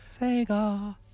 Sega